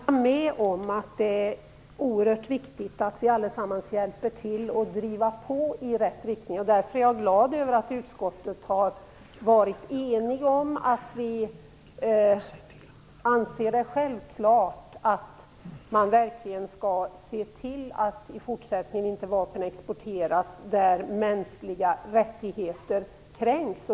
Herr talman! Jag kan hålla med om att det är oerhört viktigt att vi allesammans hjälper till att driva på i rätt riktning. Därför är jag glad över att utskottet har varit enigt om att anse det självklart att man verkligen skall se till att i fortsättningen inga vapen exporteras till länder där mänskliga rättigheter kränks.